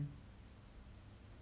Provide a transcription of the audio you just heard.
most of us now are like